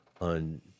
on